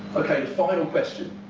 ok. the final question